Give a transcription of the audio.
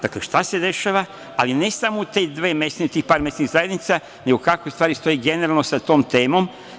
Dakle, šta se dešava, ali ne samo u tih par mesnih zajednica, nego kako stvari stoje, generalno sa tom temom.